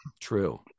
True